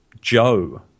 Joe